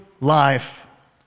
life